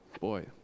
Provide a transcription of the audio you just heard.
Boy